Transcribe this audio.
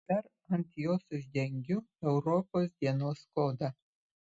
dar ant jos uždengiu europos dienos klodą